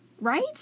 Right